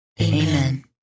Amen